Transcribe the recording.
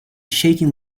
shaking